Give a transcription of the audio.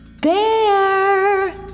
Bear